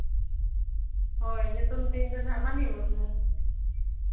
ᱦᱳᱭ ᱧᱩᱛᱩᱢ ᱛᱤᱧ ᱫᱚ ᱱᱟᱦᱟᱸᱜ ᱢᱟᱹᱱᱤ ᱢᱩᱨᱢᱩ